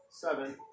Seven